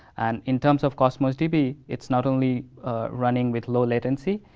and in terms of cosmos db, it's not only running with low latency,